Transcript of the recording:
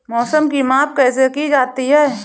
मौसम की माप कैसे की जाती है?